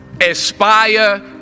Aspire